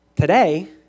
today